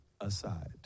Aside